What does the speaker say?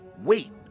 wait